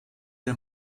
der